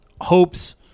hopes –